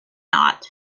not